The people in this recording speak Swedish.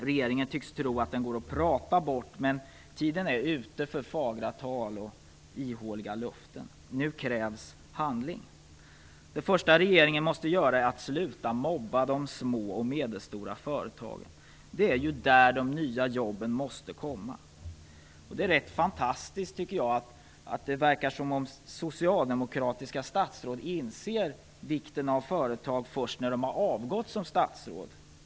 Regeringen tycks tro att den går att prata bort, men tiden är ute för fagra tal och ihåliga löften. Nu krävs handling. Det första regeringen måste göra är att sluta mobba de små och medelstora företagen. Det är ju där de nya jobben måste komma. Det är rätt fantastiskt, tycker jag, att det verkar som om socialdemokratiska statsråd inser vikten av företag först när de har avgått som statsråd.